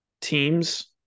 teams